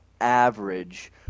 average